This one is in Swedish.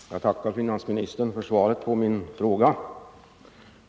Herr talman! Jag tackar finansministern för svaret på min fråga.